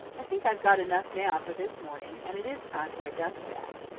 i think i've got enough now for this morning, and it is time for a dust bath.